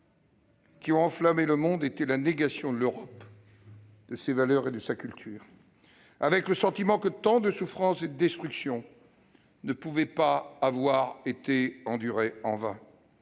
qui ont enflammé le monde étaient la négation de l'Europe, de ses valeurs et de sa culture, avec le sentiment que tant de souffrances et de destructions ne pouvaient avoir été endurées en vain,